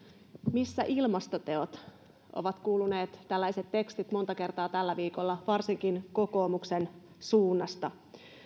missä ilmastoteot ovat kuuluneet monta kertaa tällä viikolla varsinkin kokoomuksen suunnasta